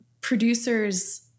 producers